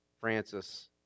Francis